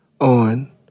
on